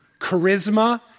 Charisma